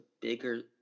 bigger